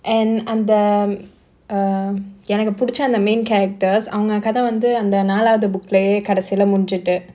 and அந்த:andha err எனக்கு புடிச்ச அந்த:enakku puducha andha main characters அவங்க கத வந்து அந்த நாலாவது:avanga kadha vandhu andha naalavathu book lah கடைசில முடுஞ்சிட்டு:kadasila mudinjittu